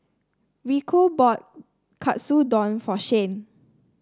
Rico bought Katsudon for Shyanne